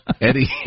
Eddie